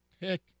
pick